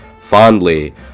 fondly